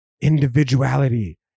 individuality